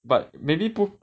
but maybe 不